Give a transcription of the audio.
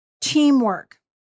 teamwork